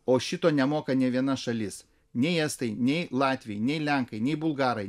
o šito nemoka nė viena šalis nei estai nei latviai nei lenkai nei bulgarai